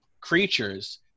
creatures